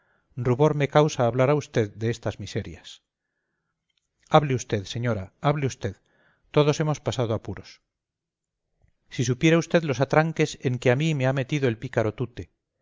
rubor me causa hablar a usted de estas miserias hable usted señora hable usted todos hemos pasado apuros si supiera usted los atranques en que a mí me ha metido el pícaro tute